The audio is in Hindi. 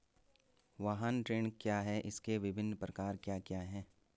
वाहन ऋण क्या है इसके विभिन्न प्रकार क्या क्या हैं?